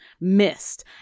missed